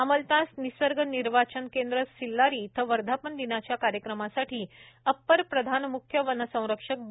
अमलतास निसर्ग निर्वाचन केंद्र सिल्लारी इथं वर्धापन दिनाच्या कार्यक्रमासाठी अप्पर प्रधान म्ख्य वनसंरक्षक बी